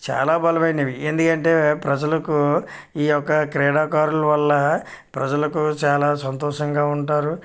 చాలా బలమైనవి ఏంది అంటే ప్రజలకు ఈ యొక్క క్రీడాకారులు వల్ల ప్రజలకు చాలా సంతోషంగా ఉంటారు